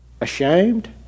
ashamed